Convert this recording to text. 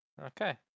Okay